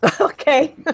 Okay